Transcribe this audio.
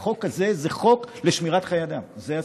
החוק הזה הוא חוק לשמירת חיי אדם, זה הסיפור,